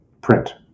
print